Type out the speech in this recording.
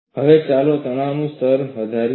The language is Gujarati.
હવે ચાલો તણાવનું સ્તર વધારીએ